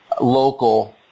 local